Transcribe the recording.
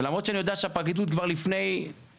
ולמרות שאני יודע שהפרקליטות כבר לפני למעלה